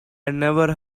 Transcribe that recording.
never